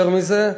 יותר מזה,